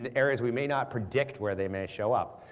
and areas we may not predict where they may show up.